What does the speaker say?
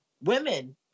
women